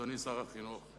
אדוני שר החינוך,